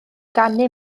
ganu